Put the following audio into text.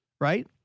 right